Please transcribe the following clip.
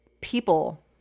people